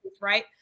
right